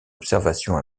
observation